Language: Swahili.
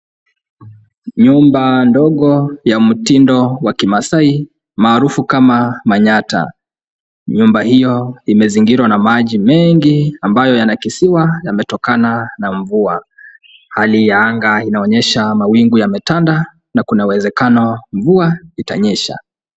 Nyumba ndogo ya mtindo wa kimasai, maarufu kama Manyatta. Nyumba hiyo imezingirwa na maji mengi, ambayo yanakisiwa yametokana na mvua. Hali ya anga inaonyesha mawingu yametanda, na kuna uwezekano mvua itanyesha.